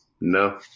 no